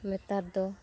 ᱱᱮᱛᱟᱨᱫᱚ